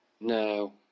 No